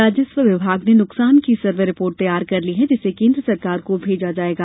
राजस्व विभाग ने नुकसान की सर्वे रिपोर्ट तैयार कर ली है जिसे केन्द्र सरकार को भेजा जाएगा